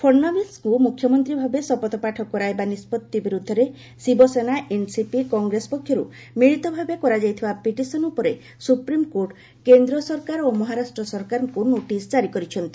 ଫଡନାବିସ୍ଙ୍କୁ ମୁଖ୍ୟମନ୍ତ୍ରୀଭାବେ ଶପଥପାଠ କରାଇବା ନିଷ୍କଉି ବିରୁଦ୍ଧରେ ଶିବସେନା ଏନସିପି କଂଗ୍ରେସ ପକ୍ଷରୁ ମିଳିତଭାବେ କରାଯାଇଥିବା ପିଟିସନ ଉପରେ ସୁପ୍ରିମକୋର୍ଟ କେନ୍ଦ୍ର ସରକାର ଓ ମହାରାଷ୍ଟ୍ର ସରକାରଙ୍କୁ ନୋଟିସ ଜାରି କରିଛନ୍ତି